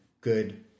good